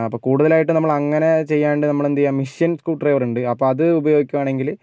അപ്പോൾ കൂടുതലായിട്ടും നമ്മൾ അങ്ങനെ ചെയ്യാണ്ട് നമ്മൾ എന്തെയ്യാ മെഷീൻ സ്ക്രൂ ഡ്രൈവർ ഉണ്ട് അപ്പോൾ അത് ഉപയോഗിക്കുവാണെങ്കിൽ